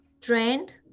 Trend